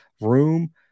room